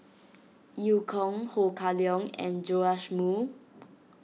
Eu Kong Ho Kah Leong and Joash Moo